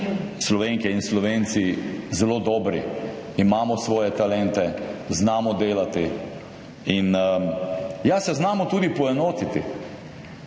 Slovenke in Slovenci zelo dobri, imamo svoje talente, znamo delati, in ja, se znamo tudi poenotiti.